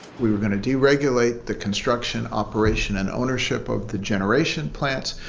we were going to deregulate the construction, operation and ownership of the generation plants,